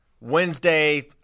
Wednesday